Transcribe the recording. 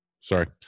Sorry